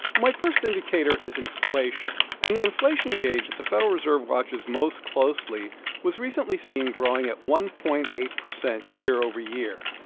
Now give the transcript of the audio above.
my first indicator is inflation. and the inflation gauge that the federal reserve watches most closely was recently seen growing at one point eight zero year over year.